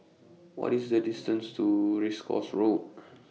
What IS The distance to Race Course Road